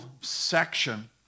section